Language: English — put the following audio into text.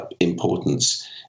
importance